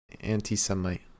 Anti-Semite